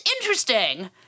interesting